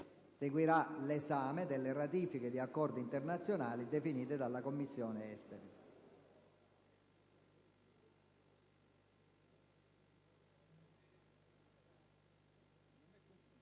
Seguirà l'esame delle ratifiche di accordi internazionali definite dalla Commissione esteri.